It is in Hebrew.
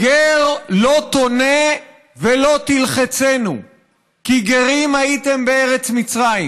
"וגר לא תונה ולא תלחצנו כי גרים הייתם בארץ מצרים.